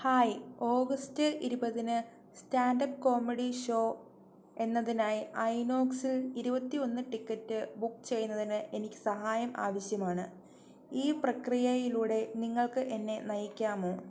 hi August ഇരുപതിന് standup comedy show എന്നതിനായി ഐനോക്സിൽ ഇരുപത്തി ഒന്ന് ടിക്കറ്റ് ബുക്ക് ചെയ്യുന്നതിന് എനിക്ക് സഹായം ആവശ്യമാണ് ഈ പ്രക്രിയയിലൂടെ നിങ്ങൾക്ക് എന്നെ നയിക്കാമോ